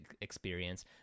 experience